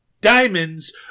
diamonds